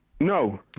No